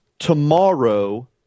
tomorrow